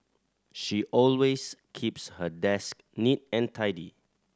she always keeps her desk neat and tidy